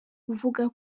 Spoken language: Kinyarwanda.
uvuga